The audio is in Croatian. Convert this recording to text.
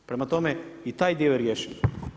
Prema tome, i taj dio je riješen.